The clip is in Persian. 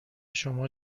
شما